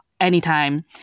anytime